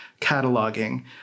cataloging